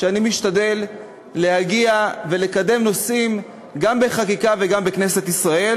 אני משתדל להגיע ולקדם נושאים גם בחקיקה וגם בכנסת ישראל,